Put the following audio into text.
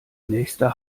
nächster